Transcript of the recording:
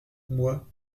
moi